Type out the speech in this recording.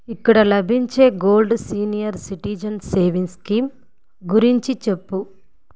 ఇక్కడ లభించే gold senior citizen savings scheme గురించి చెప్పు